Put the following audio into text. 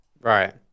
Right